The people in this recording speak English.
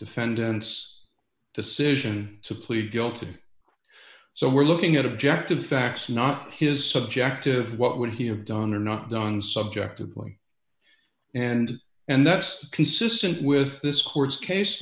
defendant's decision to plead guilty so we're looking at objective facts not his subjective what would he have done or not done subjectively and and that's consistent with this court's case